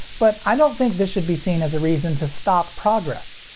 but i don't think this should be seen as a reason to stop progress.